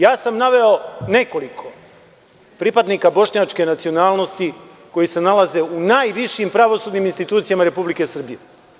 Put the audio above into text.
Ja sam naveo nekoliko pripadnika bošnjačke nacionalnosti koji se nalaze u najvišim pravosudnim institucijama Republike Srbije.